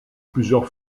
plusieurs